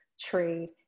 trade